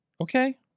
Okay